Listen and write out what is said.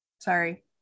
Sorry